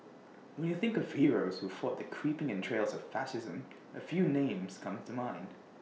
when you think of heroes who fought the creeping entrails of fascism A few names come to mind